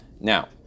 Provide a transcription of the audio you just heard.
Now